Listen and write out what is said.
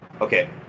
Okay